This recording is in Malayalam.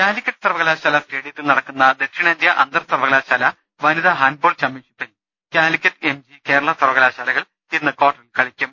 കാലിക്കറ്റ് സർവകലാശാല സ്റ്റേഡിത്തിൽ നടക്കുന്ന ദക്ഷിണേന്ത്യാ അന്തർസർവകലാശാല വനിതാ ഹാന്റ് ബാൾ ചാംപ്യൻഷിപ്പിൽ കാലിക്കറ്റ് എം ജി കേരള സർവകലാശാലകൾ ഇന്ന് കാർട്ടറിൽ കളിക്കും